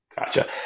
Gotcha